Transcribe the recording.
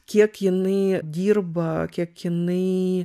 kiek jinai dirba kiek jinai